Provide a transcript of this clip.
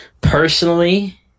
Personally